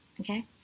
Okay